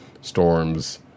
Storm's